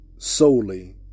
Solely